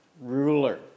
ruler